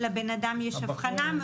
לבן אדם יש אבחנה,